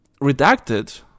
Redacted